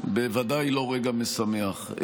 בוודאי לא רגע משמח.